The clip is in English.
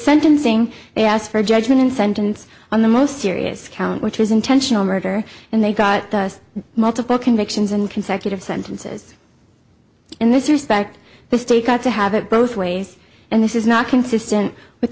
sentencing they asked for a judgment and sentence on the most serious count which was intentional murder and they got multiple convictions and consecutive sentences in this respect the state got to have it both ways and this is not consistent with